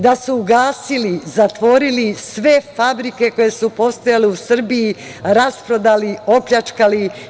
Da su ugasili, zatvorili sve fabrike koje su postojale u Srbiji, rasprodali, opljačkali.